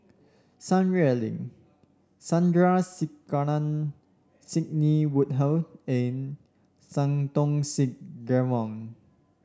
Sun Xueling Sandrasegaran Sidney Woodhull and Santokh Singh Grewal